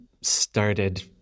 started